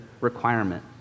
requirement